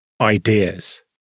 ideas